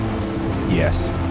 Yes